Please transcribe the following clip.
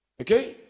Okay